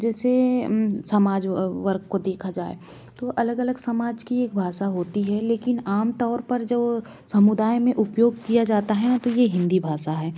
जैसे समाज वर्ग को देखा जाए तो अलग अलग समाज की एक भाषा होती है लेकिन आमतौर पर जो समुदाय में उपयोग किया जाता हैं तो यह हिंदी भाषा है